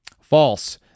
False